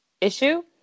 issue